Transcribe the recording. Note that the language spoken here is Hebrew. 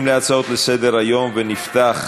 26 בעד, אין מתנגדים.